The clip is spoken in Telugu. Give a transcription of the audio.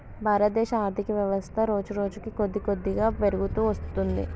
భారతదేశ ఆర్ధికవ్యవస్థ రోజురోజుకీ కొద్దికొద్దిగా పెరుగుతూ వత్తున్నది